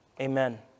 Amen